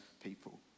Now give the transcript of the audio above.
people